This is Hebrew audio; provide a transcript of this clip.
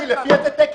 אדוני, לפי איזה תקן?